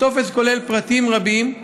הטופס כולל פרטים רבים,